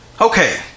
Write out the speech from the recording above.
okay